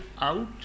out